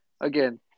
Again